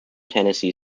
tennessee